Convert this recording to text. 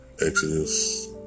Exodus